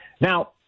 Now